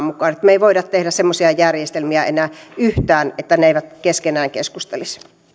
mukaan me emme voi tehdä semmoisia järjestelmiä enää yhtään jotka eivät keskenään keskustele